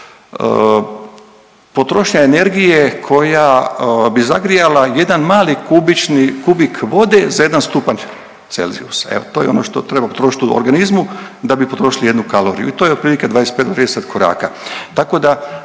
potrošnja energije koja bi zagrijala jedan mali kubični, kubik vode za jedan stupanj celzijusa. Evo to je ono što treba potrošit u organizmu da bi potrošili jednu kaloriju i to je otprilike 25 do 30 koraka. Tako da